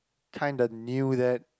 kinda knew that